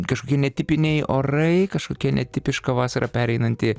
kažkokie netipiniai orai kažkokia netipiška vasara pereinanti